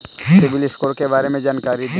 CIBIL score के बारे में जानकारी दें?